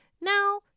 Now